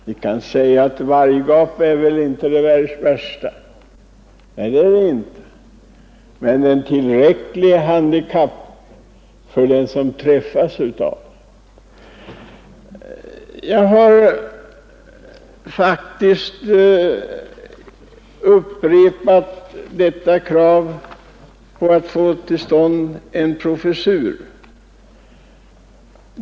Man kan säga att s.k. varggap är väl inte det värsta. Nej, det är det inte, men det är ett tillräckligt handikapp för den som träffas av det. Jag har faktiskt upprepat kravet på att få till stånd en professur.